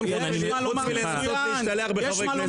כאן חוץ מלנסות ולהשתלח בחברי כנסת.